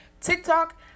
TikTok